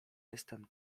jestem